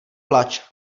plač